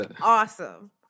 awesome